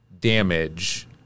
damage